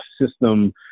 system